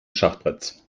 schachbretts